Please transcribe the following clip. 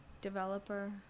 Developer